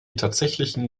tatsächlichen